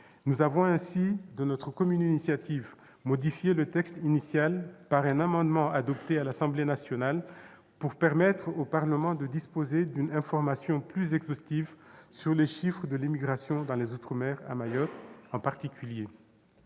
Nous avons ainsi, de notre commune initiative, modifié le texte initial par un amendement, adopté à l'Assemblée nationale, pour permettre au Parlement de disposer d'une information plus exhaustive sur les chiffres de l'immigration dans les outre-mer et à Mayotte, en particulier.